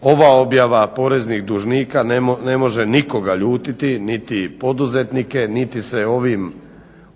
ova objava poreznih dužnika ne može nikoga ljutiti, niti poduzetnike, niti se ovim,